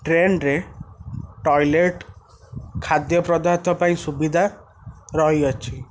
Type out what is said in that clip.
train ରେ toilet ଖାଦ୍ୟପଦାର୍ଥ ପାଇଁ ସୁବିଧା ରହିଅଛି